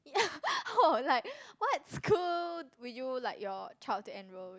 oh like what school do you like your child to enrol